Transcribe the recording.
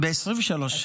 ב-2023.